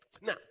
Now